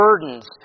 burdens